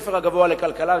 בית-הספר הגבוה לכלכלה,